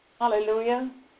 Hallelujah